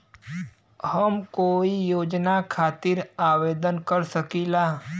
हम कोई योजना खातिर आवेदन कर सकीला?